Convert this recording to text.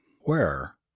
Where